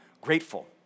grateful